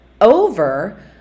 over